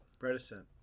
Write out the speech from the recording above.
Reticent